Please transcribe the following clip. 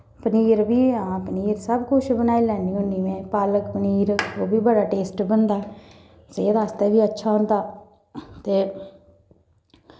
पनीर बी हां पनीर सब कुश बनाई लैन्नी होन्नी में पालक पनीर ओह् बी बड़ा टेस्ट बनदा सेह्त आस्तै बी अच्छा होंदा ते